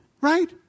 right